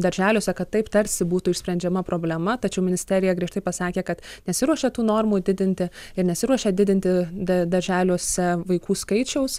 darželiuose kad taip tarsi būtų išsprendžiama problema tačiau ministerija griežtai pasakė kad nesiruošia tų normų didinti ir nesiruošia didinti d darželiuose vaikų skaičiaus